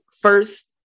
first